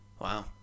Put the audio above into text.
Wow